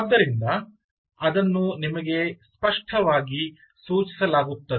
ಆದ್ದರಿಂದ ಅದನ್ನು ನಿಮಗೆ ಸ್ಪಷ್ಟವಾಗಿ ಸೂಚಿಸಲಾಗುತ್ತದೆ